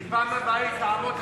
כי בפעם הבאה היא תעמוד,